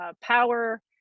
power